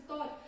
God